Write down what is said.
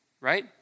Right